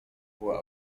była